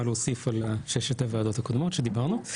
להוסיף על ששת הוועדות הקודמות שדיברנו.